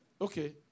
Okay